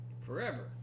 Forever